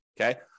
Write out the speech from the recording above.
okay